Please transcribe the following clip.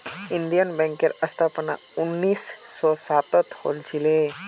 Indian बैंकेर स्थापना उन्नीस सौ सातत हल छिले